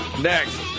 Next